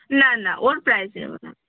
না না ওর প্রাইস নেবো না